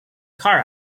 car